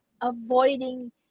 avoiding